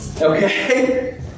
okay